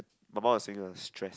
the mum was single stress